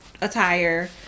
attire